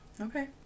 Okay